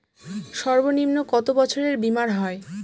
সর্বনিম্ন কত বছরের বীমার হয়?